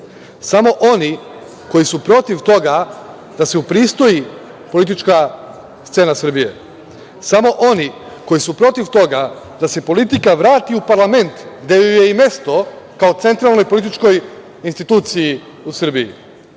oni koji su protiv toga da se upristoji politička scena Srbije. Samo oni koji su protiv toga da se politika vrati u parlament gde joj je i mesto, kao centralnoj političkoj instituciji u Srbiji.